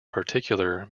particular